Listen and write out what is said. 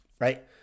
Right